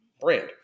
brand